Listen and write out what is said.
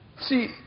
See